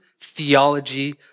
theology